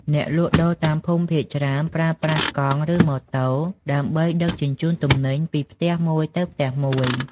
អ្នកលក់ដូរតាមភូមិភាគច្រើនប្រើប្រាស់កង់ ឬម៉ូតូដើម្បីដឹកជញ្ជូនទំនិញពីផ្ទះមួយទៅផ្ទះមួយ។